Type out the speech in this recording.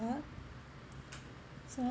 so